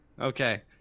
Okay